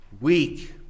weak